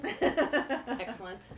excellent